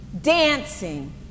dancing